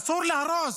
אסור להרוס.